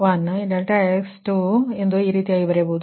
R ಅಂದರೆ ∆x1 ∆x2 ರೀತಿಯಾಗಿ ತಿಳಿಯಬಹುದು